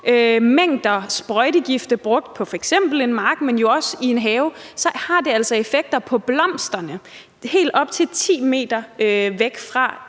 mængder sprøjtegifte brugt på f.eks. en mark, men jo også i en have, altså har effekter på blomsterne i helt op til 10 m væk fra